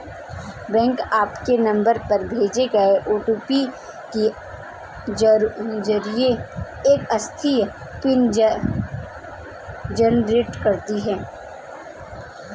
bank आपके number पर भेजे गए ओ.टी.पी के जरिए एक अस्थायी पिन जनरेट करते हैं